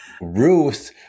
Ruth